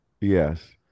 yes